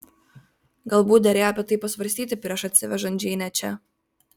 galbūt derėjo apie tai pasvarstyti prieš atsivežant džeinę čia